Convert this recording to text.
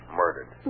murdered